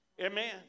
Amen